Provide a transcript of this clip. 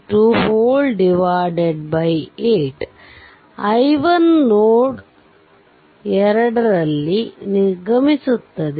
i1 node 2 ನಲ್ಲಿ ನಿರ್ಗಮಿಸುತ್ತದೆ